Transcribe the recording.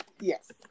Yes